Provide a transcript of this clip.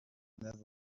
never